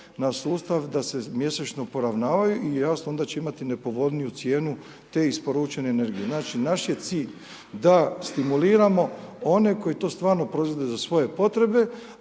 na sustav da se mjesečno poravnavaju i jasno onda će imati nepovoljniju cijenu te isporučene energije. Znači naš je cilj da stimuliramo one koji to stvarno proizvode za svoje potrebe